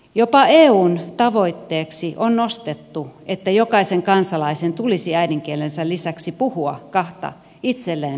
jopa eun tavoitteeksi on nostettu että jokaisen kansalaisen tulisi äidinkielensä lisäksi puhua kahta itselleen vierasta kieltä